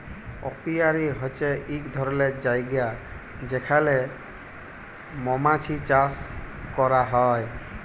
apiary হছে ইক ধরলের জায়গা যেখালে মমাছি চাষ ক্যরা হ্যয়